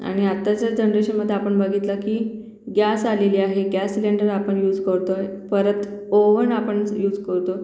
आणि आताच्या जनरेशनमध्ये आपण बघितलं की गॅस आलेली आहे गॅस सिलेंडर आपण यूस करतो आहे परत ओवन आपण च् यूज करतो